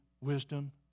wisdom